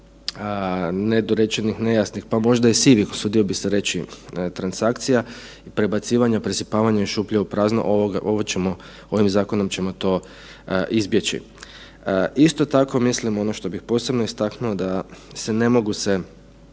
nedorečenih, nejasnih, pa možda i sivih, usudio bih se reći, transakcija, prebacivanja, presipavanja iz šupljeg u prazno, ovo ćemo, ovim zakonom ćemo to izbjeći. Isto tako mislim ono što bi posebno istaknuo da se, ne mogu se